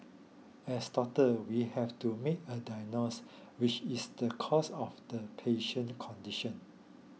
as doctor we have to make a diagnose which is the cause of the patient condition